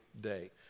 day